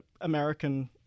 American